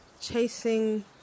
chasing